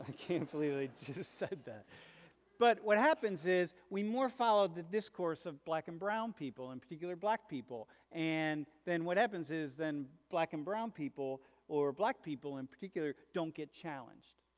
i can't believe they just said that but what happens is we more follow the discourse of black and brown people in particular black people and then what happens is then black and brown people or black people in particular don't get challenged.